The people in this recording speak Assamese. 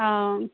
অঁ